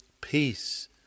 peace